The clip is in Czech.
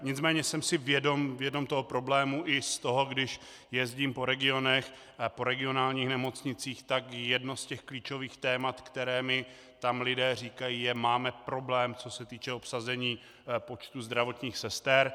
Nicméně jsem si vědom toho problému i z toho, když jezdím po regionech a po regionálních nemocnicích, tak jedno z těch klíčových témat, které mi tam lidé říkají, je: máme problém, co se týče obsazení počtu zdravotních sester.